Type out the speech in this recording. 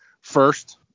first